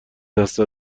دست